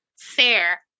fair